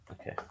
okay